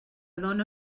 dóna